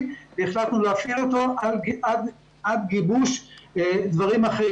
והחלטנו להפעילו עד גיבוש דברים אחרים.